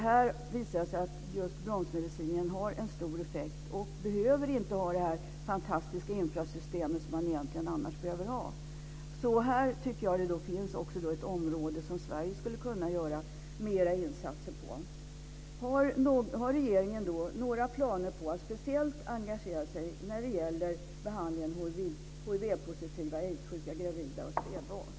Det visar sig att bromsmedicinen har en stor effekt för dessa och att man för dem inte behöver ha det fantastiska infrasystem som man annars egentligen behöver ha. Jag tycker att det här är ett område som Sverige skulle kunna göra mera insatser på. Har regeringen några planer på att speciellt engagera sig när det gäller behandlingen av hivpositiva och aidssjuka gravida och spädbarn?